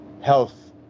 health